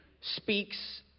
speaks